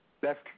best